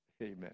Amen